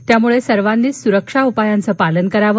त्यामुळे सर्वांनीच सुरक्षा उपायांचं पालन करावं